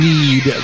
Need